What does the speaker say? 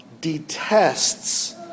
detests